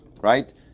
right